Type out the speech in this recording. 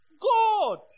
God